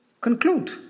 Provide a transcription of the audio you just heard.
conclude